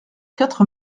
quatre